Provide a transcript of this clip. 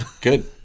good